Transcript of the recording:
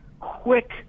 quick